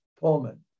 Pullman